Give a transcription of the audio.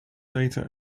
data